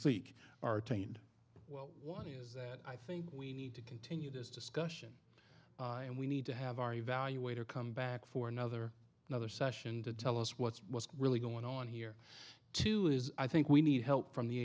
seek are trained well one is that i think we need to continue this discussion and we need to have our evaluator come back for another another session to tell us what's really going on here too is i think we need help from the